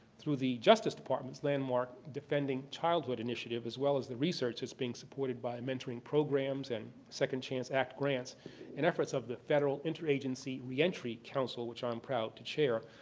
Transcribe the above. through the justice department's landmark defending childhood initiative as well as the research that's being supported by mentoring programs and second chance act grants in efforts of the federal interagency reentry council which i'm proud to chair,